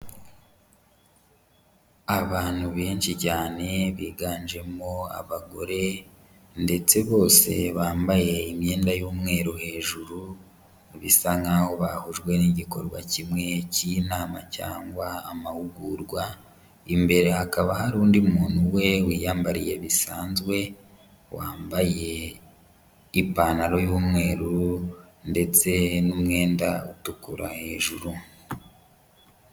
Abantu benshi cyane, biganjemo abagore ndetse bose bambaye imyenda y'umweru hejuru, bisa nkaho bahujwe n'igikorwa kimwe cy'ininama cyangwa amahugurwa, imbere hakaba hari undi muntu we wiyambariye bisanzwe, wambaye ipantaro y'umweru ndetse n'umwenda utukura hejuru.